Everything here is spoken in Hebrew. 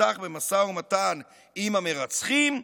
שתפתח במשא ומתן עם המרצחים,